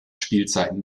spielzeiten